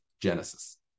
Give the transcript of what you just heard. genesis